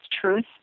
truth